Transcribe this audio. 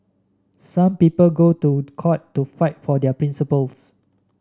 some people go to court to fight for their principles